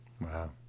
Wow